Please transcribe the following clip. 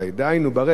דהיינו, ברגע